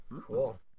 Cool